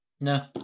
No